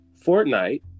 Fortnite